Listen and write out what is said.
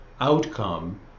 outcome